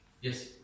Yes